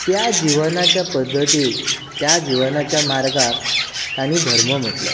त्या जिवनाच्या पद्धतीक त्या जिवनाच्या मार्गाक ताणीं धर्म म्हणलो